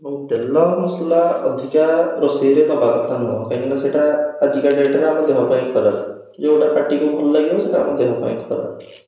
ମୁଁ ତେଲ ମସଲା ଅଧିକା ରୋଷେଇରେ ଦେବା କଥା ନୁହଁ କାହିଁକିନା ସେଇଟା ଆଜିକା ଡ଼େଟ୍ରେ ଆମ ଦେହ ପାଇଁ ଖରାପ ଯୋଉ ଗୋଟା ପାାଟିକୁ ଭଲ ଲାଗିବ ସେଟା ଆମ ଦେହ ପାଇଁ ଖରାପ